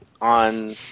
on